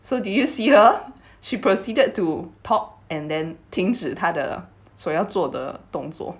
so did you see her she proceeded to talk and then 停止他的所要做的动作